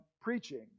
preaching